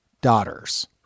daughters